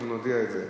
אנחנו נודיע את זה.